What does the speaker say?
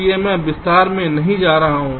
इसलिए मैं विस्तार में नहीं जा रहा हूं